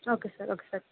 okay sir okay sir